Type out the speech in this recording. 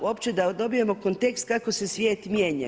Uopće da dobijemo kontekst kako se svijet mijenja.